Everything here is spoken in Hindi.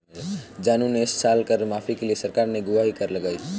जानू ने इस साल कर माफी के लिए सरकार से गुहार लगाई